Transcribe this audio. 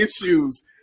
issues